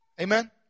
Amen